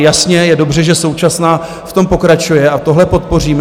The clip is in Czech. Je jasné, je dobře, že současná v tom pokračuje, a tohle podpoříme.